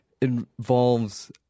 involves